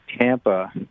tampa